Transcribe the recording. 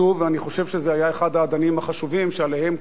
ואני חושב שזה היה אחד האדנים החשובים שעליהם קמה